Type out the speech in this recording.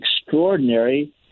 extraordinary